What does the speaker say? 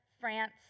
France